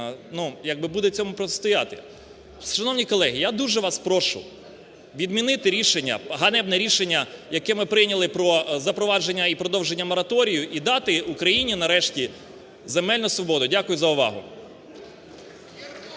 хто як би буде цьому протистояти. Шановні колеги, я дуже вас прошу відмінити рішення, ганебне рішення, яке ми прийняли про запровадження і продовження мораторію і дати Україні нарешті земельну свободу. Дякую за увагу.